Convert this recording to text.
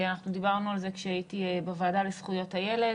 אנחנו דיברנו על זה כשהייתי בוועדה לזכויות הילד,